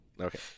Okay